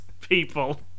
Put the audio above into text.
people